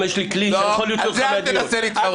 גם יש לי כלי --- על זה אל תנסה להתחרות.